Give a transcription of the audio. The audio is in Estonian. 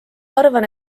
arvan